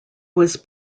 was